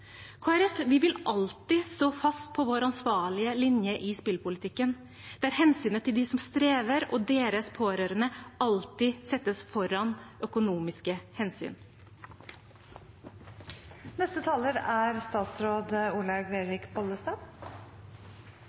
vil alltid stå fast på sin ansvarlige linje i spillpolitikken, der hensynet til dem som strever og deres pårørende, alltid settes foran økonomiske hensyn. Det å miste kontroll over spillingen er